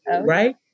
Right